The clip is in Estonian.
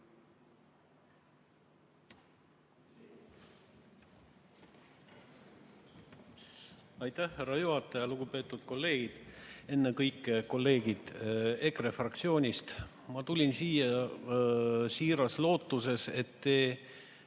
Aitäh, härra juhataja! Lugupeetud kolleegid, ennekõike kolleegid EKRE fraktsioonist! Ma tulin siia siiras lootuses, et te